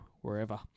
wherever